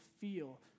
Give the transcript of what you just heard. feel